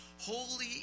holy